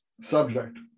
subject